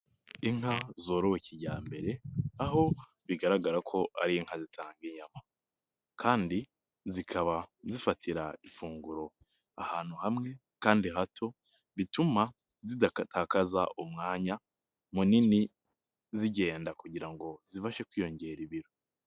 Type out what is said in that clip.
Inka zorowe kijyambere. Aho bigaragara ko ari inka zitanga inyama kandi zikaba zifatira ifunguro ahantu hamwe kandi hato. Bituma zidatakaza umwanya munini zigenda kugira ngo zibashe kwiyongera ibiro.